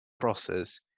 process